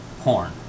porn